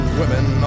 women